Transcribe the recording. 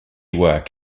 work